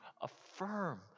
affirm